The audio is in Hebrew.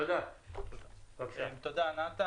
תודה נתן,